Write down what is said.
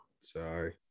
Sorry